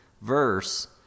verse